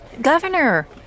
Governor